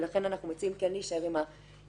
ולכן אנחנו מציעים כן להישאר עם ה"לאחר"